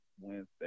Wednesday